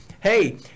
hey